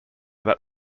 that